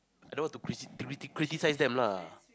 I don't want to cri~s to criticise them lah